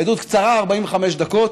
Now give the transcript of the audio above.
עדות קצרה, 45 דקות.